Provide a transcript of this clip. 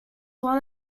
one